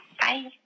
Bye